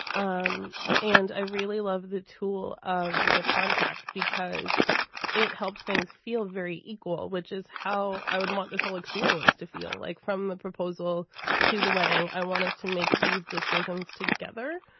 um and i really love the tool of the contract because it helps things feel very equal, which is how i would want this whole experience to feel like from the proposal to the wedding. i want us to make these decisions together.